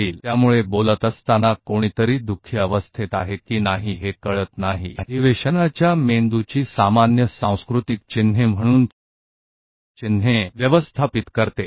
इसलिए वास्तव में यह नहीं जानते कि क्या कोई बात करते समय दुख की स्थिति में है इसलिए यह कन्वेंशन मस्तिष्क भी सामान्य सांस्कृतिक प्रतीक के रूप में प्रतीकों का प्रबंधन करता है